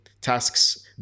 tasks